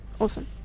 Awesome